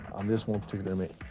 on this one particular inmate,